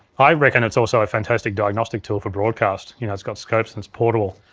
i reckon it's also a fantastic diagnostic tool for broadcast, you know it's got scopes and it's portable.